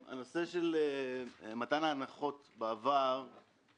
-- אני לא יודע אם אני מאשים אתכם בעניין הזה,